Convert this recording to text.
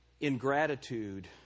ingratitude